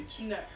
No